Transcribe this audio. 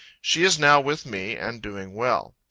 she is now with me, and doing well.